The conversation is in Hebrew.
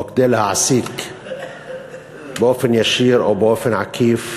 או כדי להעסיק באופן ישיר או באופן עקיף